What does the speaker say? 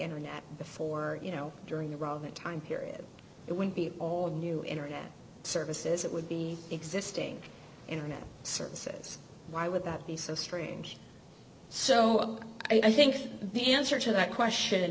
internet for you know during the roman time period it would be all of new internet services it would be existing internet services why would that be so strange so i think the answer to that question